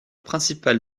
principale